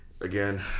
Again